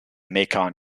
macon